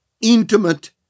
intimate